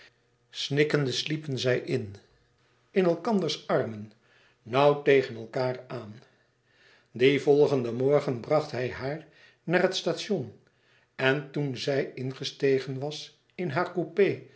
snikkende sliepen zij in in elkanders armen nauw tegen elkaâr aan dien volgenden morgen bracht hij haar naar het station en toen zij ingestegen was in haar coupé